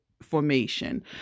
formation